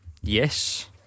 Yes